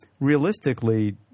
realistically